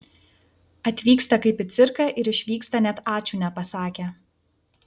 atvyksta kaip į cirką ir išvyksta net ačiū nepasakę